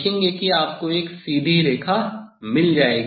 तो आप देखेंगे कि आपको एक सीधी रेखा मिल जाएगी